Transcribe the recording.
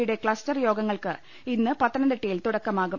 യുടെ ക്ലസ്റ്റർ യോഗങ്ങൾക്ക് ഇന്ന് പത്തനംതിട്ടയിൽ തുടക്കമാകും